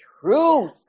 truth